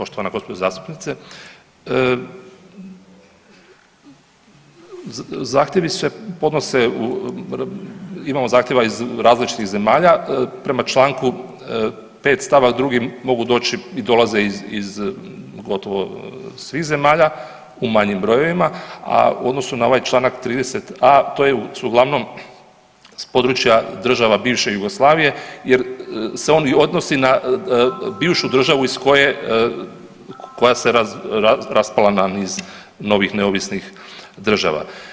Poštovana gospođo zastupnice, zahtjevi se podnose, imamo zahtjeva iz različitih zemalja, prema čl. 5 st. 2. mogu doći i dolaze iz gotovo svih zemalja u manjim brojevima, a u odnosu na ovaj čl. 30a, to su uglavnom s područja država bivše Jugoslavije jer se on i odnosi na bivšu državu iz koje, koja se raspala na niz novih neovisnih država.